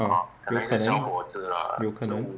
uh 有可能有可能